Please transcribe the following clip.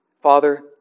Father